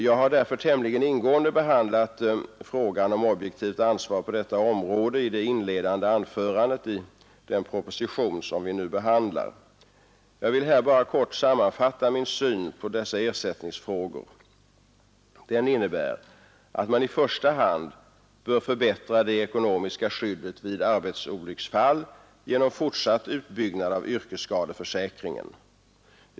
Jag har därför tämligen ingående behandlat frågan om objektivt ansvar på detta område i det inledande anförandet i den proposition som vi nu behandlar. Jag vill bara här kort sammanfatta min syn på dessa ersättningsfrågor. Den innebär att man i första hand bör förbättra det ekonomiska skyddet vid arbetsolycksfall genom fortsatt utbyggnad av yrkesskadeförsäkringen.